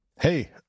Hey